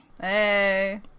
Hey